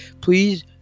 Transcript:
Please